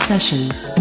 Sessions